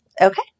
Okay